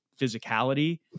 physicality